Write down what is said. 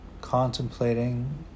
contemplating